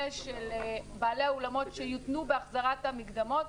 של בעלי האולמות שיותנו בהחזרת המקדמות.